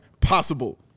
possible